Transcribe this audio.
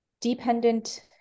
dependent